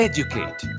Educate